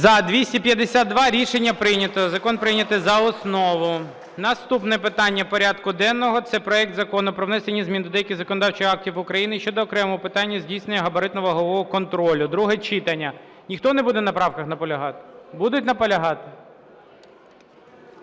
За-252 Рішення прийнято. Закон прийнятий за основу. Наступне питання порядку денного – це проект Закону про внесення змін до деяких законодавчих актів України щодо окремих питань здійснення габаритно-вагового контролю (друге читання). Ніхто не буде на правках наполягати? Будуть наполягати?